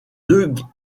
deux